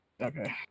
Okay